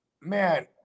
man